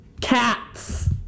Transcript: cats